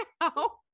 now